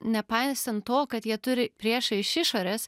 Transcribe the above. nepaisant to kad jie turi priešą iš išorės